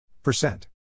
Percent